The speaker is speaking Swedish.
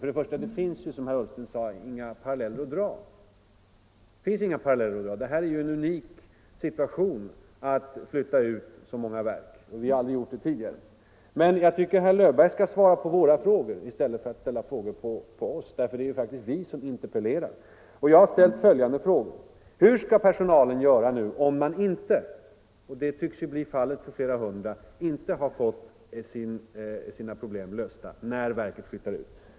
För det första finns det ju, som herr Ullsten sade förut, inga paralleller att dra. Det är ju unikt att flytta ut så många verk. Det har man aldrig Jag tycker att herr Löfberg skall svara på herr Ullstens och mina frågor och inte ställa frågor till oss. Det är ju faktiskt vi som interpellerar. Jag har ställt följande frågor: Hur skall personalen göra nu, om man inte — och det tycks bli fallet för flera hundra anställda — har fått sina problem lösta när verket flyttar ut?